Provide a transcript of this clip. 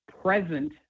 present